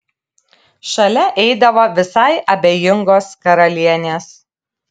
šalia eidavo visai abejingos karalienės